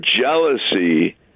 jealousy